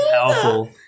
powerful